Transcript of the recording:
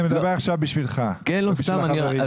אני מדבר עכשיו בשבילך ובשביל החברים,